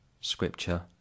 scripture